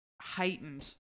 heightened